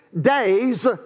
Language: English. days